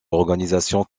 l’organisation